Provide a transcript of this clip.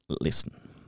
Listen